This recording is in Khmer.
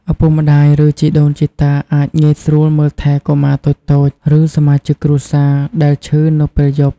ឪពុកម្តាយ ឬជីដូនជីតាអាចងាយស្រួលមើលថែកុមារតូចៗ ឬសមាជិកគ្រួសារដែលឈឺនៅពេលយប់។